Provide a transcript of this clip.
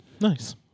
Nice